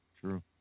true